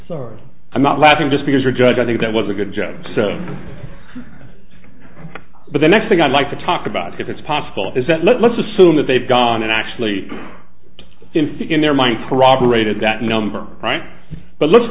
sorry i'm not laughing just because your judge i think that was a good judge but the next thing i'd like to talk about if it's possible is that let's assume that they've gone and actually in fact in their mind corroborated that number right but let's